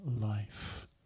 life